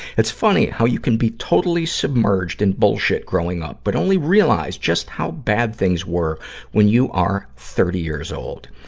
it's funny how you can be totally submerged in bullshit growing up, but only realize just how bad things were when you are thirty years old.